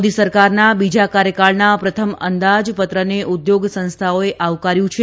મોદી સરકારના બોજા કાર્યકાળના પ્રથમ અંદાજપત્રને ઉદ્યોગ સંસ્થાએ આવકાર્યુ છે